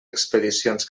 expedicions